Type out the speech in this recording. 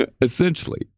Essentially